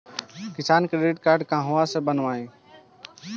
किसान credit card कहवा से बनवाई?